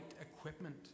equipment